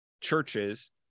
churches